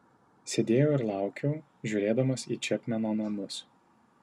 sėdėjau ir laukiau žiūrėdamas į čepmeno namus